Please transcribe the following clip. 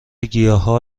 گیاها